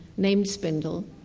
named spindle,